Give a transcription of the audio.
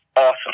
awesome